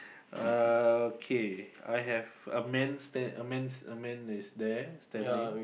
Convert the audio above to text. okay I have a man's there a man's a man is there standing